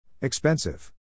expensive